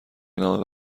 نامه